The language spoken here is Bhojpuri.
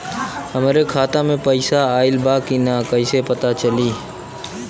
हमरे खाता में पैसा ऑइल बा कि ना कैसे पता चली?